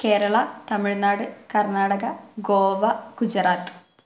Kerala Tamil Nadu Karnataka Goa Gujarat